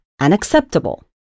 unacceptable